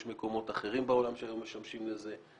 יש מקומות אחרים בעולם שהיום משמשים לזה,